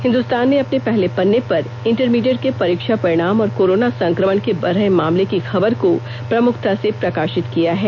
हिंदुस्तान ने अपने पहल पन्ने पर इंटरमीडिएट के परीक्षा परिणाम और कोरोना संक्रमण के बढ़ रहे मामले की खबर को प्रमुखता से प्रकाशित किया है